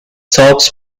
talks